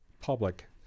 public